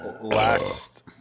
last